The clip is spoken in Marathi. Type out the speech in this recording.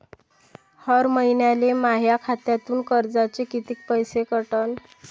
हर महिन्याले माह्या खात्यातून कर्जाचे कितीक पैसे कटन?